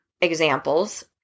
examples